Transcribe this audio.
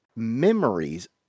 memories